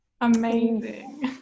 Amazing